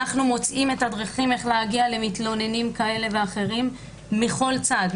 אנחנו מוצאים את הדרכים איך להגיע למתלוננים כאלה ואחרים מכל צד,